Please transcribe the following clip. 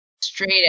Straight